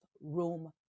room